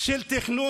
אתה שר,